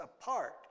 apart